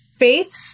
Faith